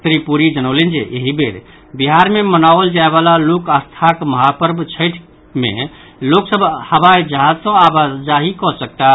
श्री पुरी जनौलनि जे एहि बेर बिहार मे मनाओल जायवला लोक आस्थाक महापर्व छठि मे लोक सभ हवाई जहाज सँ आबाजाही कऽ सकताह